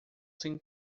sem